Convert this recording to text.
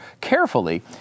carefully